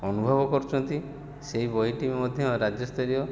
ଅନୁଭବ କରିଛନ୍ତି ସେହି ବହିଟି ମଧ୍ୟ ରାଜ୍ୟସ୍ଥରୀୟ